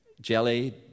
jelly